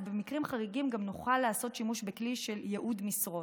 אז במקרים חריגים גם נוכל לעשות שימוש בכלי של ייעוד משרות,